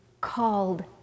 called